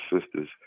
sisters